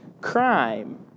crime